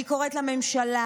אני קוראת לממשלה,